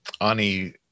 ani